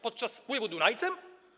Podczas spływu Dunajcem?